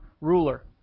ruler